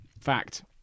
Fact